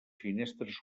finestres